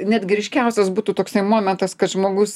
netgi ryškiausias būtų toksai momentas kad žmogus